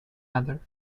other